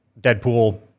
Deadpool